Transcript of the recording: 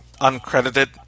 uncredited